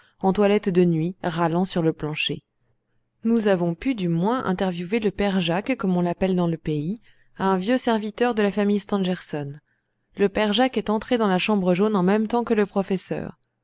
en toilette de nuit râlant sur le plancher nous avons pu du moins interviewer le père jacques comme on l'appelle dans le pays un vieux serviteur de la famille stangerson le père jacques est entré dans la chambre jaune en même temps que le professeur